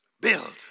Build